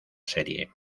serie